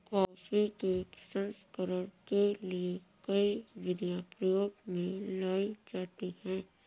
coffee के प्रसंस्करण के लिए कई विधियां प्रयोग में लाई जाती हैं